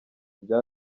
bya